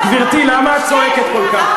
גברתי, למה את צועקת כל כך?